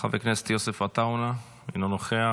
חבר הכנסת יוסף עטאונה, אינו נוכח.